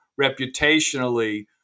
reputationally